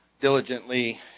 diligently